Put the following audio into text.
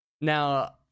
Now